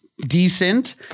decent